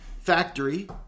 factory